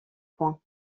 points